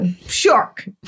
shark